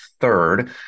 third